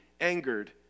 angered